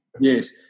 Yes